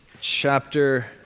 chapter